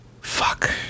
Fuck